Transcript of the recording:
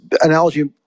analogy